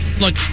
Look